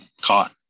caught